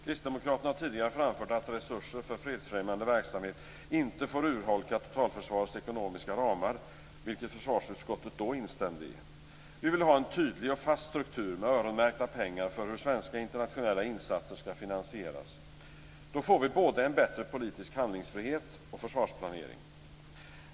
Kristdemokraterna har tidigare framfört att resurser för fredsfrämjande verksamhet inte får urholka totalförsvarets ekonomiska ramar, vilket försvarsutskottet då instämde i. Vi vill ha en tydlig och fast struktur med öronmärkta pengar för hur svenska internationella insatser skall finansieras. Då får vi både en bättre politisk handlingsfrihet och försvarsplanering.